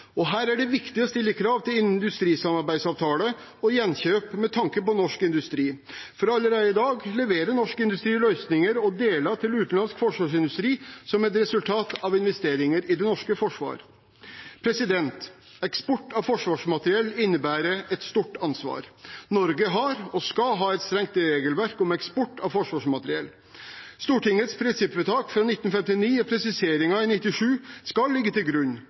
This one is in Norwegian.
Her er det viktig å stille krav til industrisamarbeidsavtaler og gjenkjøp med tanke på norsk industri, for allerede i dag leverer norsk industri løsninger og deler til utenlandsk forsvarsindustri som et resultat av investeringer i det norske forsvaret. Eksport av forsvarsmateriell innebærer et stort ansvar. Norge har og skal ha et strengt regelverk om eksport av forsvarsmateriell. Stortingets prinsippvedtak fra 1959 og presiseringen i 1997 skal ligge til grunn,